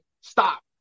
stop